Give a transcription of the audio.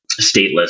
Stateless